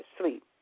sleep